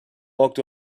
walked